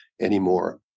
anymore